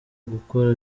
gukora